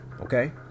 okay